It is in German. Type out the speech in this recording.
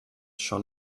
schon